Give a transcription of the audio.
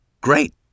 Great